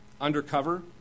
undercover